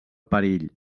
perill